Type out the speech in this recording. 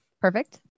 Perfect